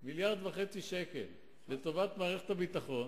של 1.5 מיליארד שקלים לטובת מערכת הביטחון